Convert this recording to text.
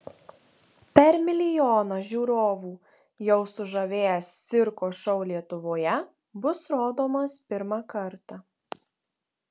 per milijoną žiūrovų jau sužavėjęs cirko šou lietuvoje bus rodomas pirmą kartą